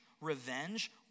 revenge